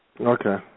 Okay